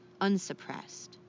unsuppressed